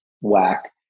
whack